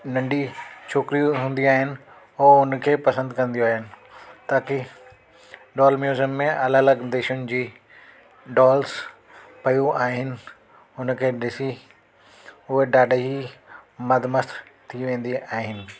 नंढी छोकिरी हूंदी आहिनि उहा उन्हनि खे पसंदि कंदियूं आहिनि ताकी डॉल म्यूज़ियम में अलॻि अलॻि देशनि जी डॉल्स पियूं आहिनि उनखे ॾिसी उहा ॾाढा ई मदमस्तु थी वेंदी आहिनि